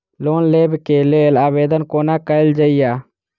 Loan लेबऽ कऽ लेल आवेदन कोना कैल जाइया?